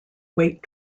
weight